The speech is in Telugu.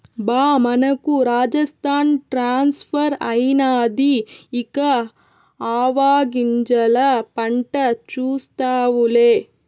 బా మనకు రాజస్థాన్ ట్రాన్స్ఫర్ అయినాది ఇక ఆవాగింజల పంట చూస్తావులే